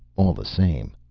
all the same